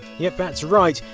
yep, that's right,